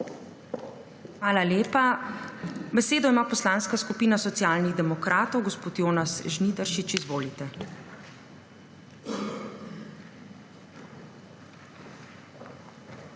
Hvala lepa. Besedo ima Poslanska skupina Socialnih demokratov. Gospod Jonas Žnidaršič, izvolite.